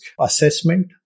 assessment